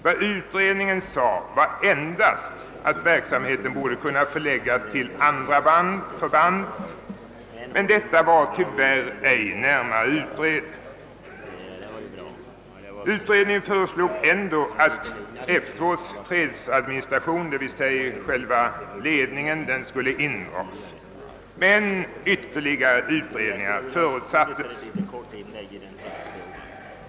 Vad utredningen sade var endast att verksamheten borde kunna förläggas till andra förband, men detta var tyvärr ej närmare utrett. Utredningen föreslog ändå att F 2:s fredsadministration, d.v.s. själva ledningen, skulle dragas in, men ytterligare utredningar förutsattes.